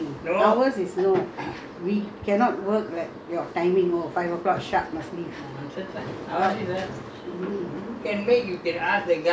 you all you all R&D you all only punch card system only ours is no we cannot work like your timing oh five O clock sharp must leave